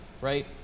right